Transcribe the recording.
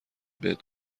بهت